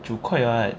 九块 [what]